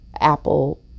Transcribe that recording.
Apple